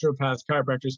chiropractors